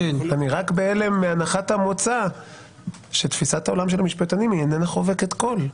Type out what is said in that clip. אני רק בהלם מהנחת המוצא שתפיסת עולמם של משפטנים אינה חובקת כול,